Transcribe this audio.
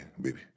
baby